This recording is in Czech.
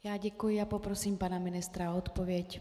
Já děkuji a poprosím pana ministra o odpověď.